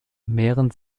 mehren